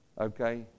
Okay